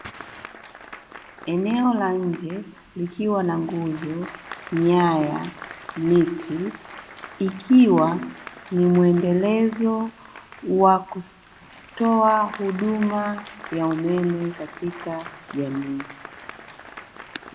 Eneo la nje likiwa na nguzo, nyaya, miti, ikiwa ni muendelezo wa kutoa huduma ya umeme katika jamii.